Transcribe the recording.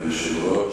אדוני היושב-ראש,